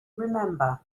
remember